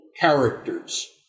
characters